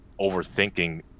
overthinking